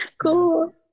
Cool